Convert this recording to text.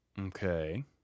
okay